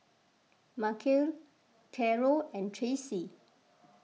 Markell Karol and Tracy